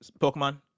pokemon